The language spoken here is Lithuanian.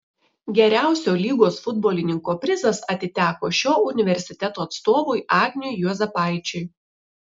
geriausio lygos futbolininko prizas atiteko šio universiteto atstovui agniui juozapaičiui